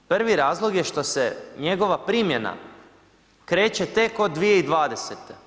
Prvi razlog je što se njegova primjena kreće tek od 2020.